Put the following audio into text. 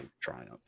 triumph